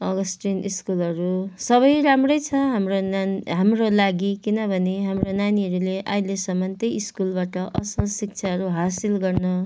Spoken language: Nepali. अगस्टिन स्कुलहरू सबै राम्रै छ होम्रो नान् हाम्रो लागि किनभने हाम्रो नानीहरूले अहिलेसम्म त्यही स्कुलबाट असल शिक्षाहरू हासिल गर्न